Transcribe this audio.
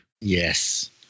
Yes